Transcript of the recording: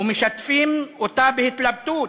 ומשתפים אותה בהתלבטות